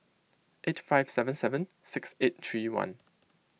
eight five seven seven six eight three one